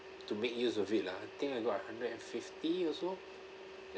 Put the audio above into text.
to make use of it lah I think I got a one hundred and fifty also